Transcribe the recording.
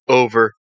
over